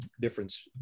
difference